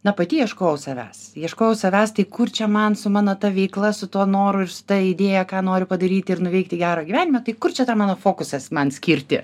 na pati ieškojau savęs ieškojau savęs tai kur čia man su mano ta veikla su tuo noru ir ta idėja ką noriu padaryti ir nuveikti gero gyvenime tai kur čia tą mano fokusas man skirti